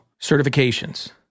certifications